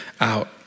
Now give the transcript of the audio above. out